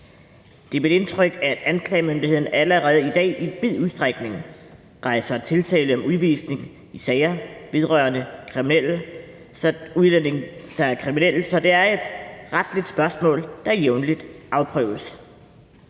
Det er mit indtryk, at anklagemyndigheden allerede i dag i vid udstrækning rejser tiltale om udvisning i sager vedrørende udlændinge, der er kriminelle, så det er et retligt spørgsmål, der jævnligt afprøves.